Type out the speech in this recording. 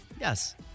Yes